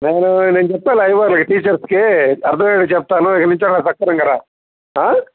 నేను చెప్తా అయ్యవార్లకి టీచర్స్కి అర్థమయ్యేటట్టు చెప్తాను ఇక నుంచి అయిన సక్రమంగా రా